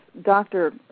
doctor